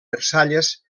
versalles